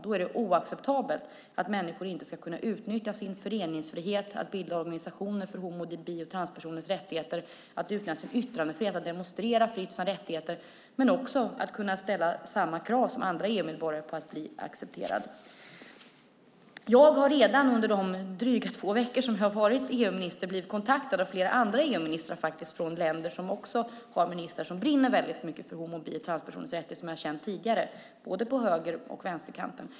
Då är det oacceptabelt att människor inte ska kunna utnyttja sin föreningsfrihet, bilda organisationer som främjar rättigheterna för homo och bisexuella samt transpersoner, utnyttja sin yttrandefrihet och fritt demonstrera för sina rättigheter. Det handlar om att kunna ställa samma krav som övriga EU-medborgare på att bli accepterad. Jag har under de drygt två veckor som jag varit EU-minister redan blivit kontaktad av flera andra EU-ministrar som brinner för rättigheterna för homo och bisexuella samt transpersoner. Det är ministrar som jag känner sedan tidigare på både höger och vänsterkanten.